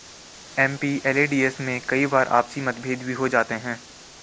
MPLADS में कई बार आपसी मतभेद भी हो जाते हैं